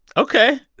ok.